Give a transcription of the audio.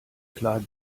klar